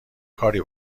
کاری